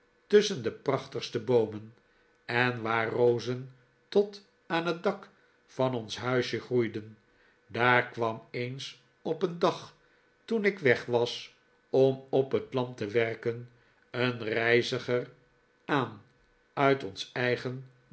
tusschen de prachtigste boomen en waar rozen tot aan het dak van ons huisje groeiden daar kwam eens op een dag toen ik weg was om op het land te werken een reiziger aan uit ons eigen